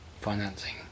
financing